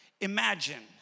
Imagine